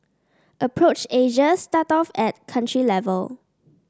approach Asia start off at country level